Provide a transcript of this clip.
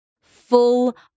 full